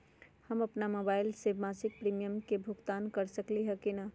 हम अपन मोबाइल से मासिक प्रीमियम के भुगतान कर सकली ह की न?